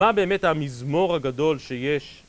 מה באמת המזמור הגדול שיש?